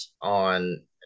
on